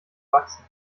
wachsen